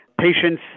patients